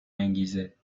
انگیزه